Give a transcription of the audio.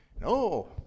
No